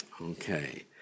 Okay